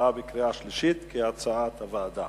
להצבעה בקריאה השלישית, כהצעת הוועדה.